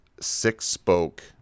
six-spoke